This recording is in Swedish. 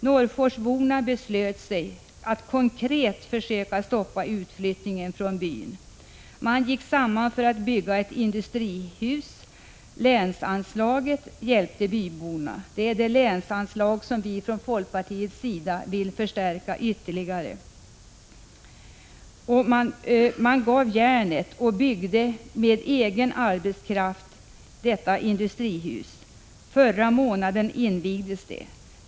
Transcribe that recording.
Norrforsborna beslöt sig för att konkret försöka stoppa utflyttningen från byn. Man gick samman för att bygga ett industrihus. Länsanslaget hjälpte byborna. Det är det länsanslag som vi i folkpartiet vill förstärka ytterligare. Man ”gav järnet” och byggde med egen arbetskraft detta industrihus. Förra månaden invigdes det.